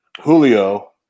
Julio